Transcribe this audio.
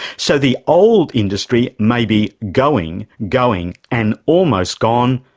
so the old industry may be going, going, and almost gone,